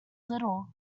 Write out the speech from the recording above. little